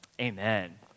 amen